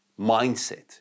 mindset